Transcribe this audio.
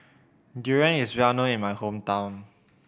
durian is well known in my hometown